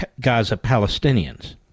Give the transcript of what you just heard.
Gaza-Palestinians